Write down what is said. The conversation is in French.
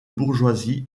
bourgeoisie